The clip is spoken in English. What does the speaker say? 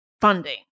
funding